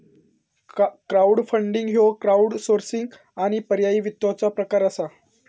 crowdfunding ह्यो crowdsourcing आणि पर्यायी वित्ताचो प्रकार असा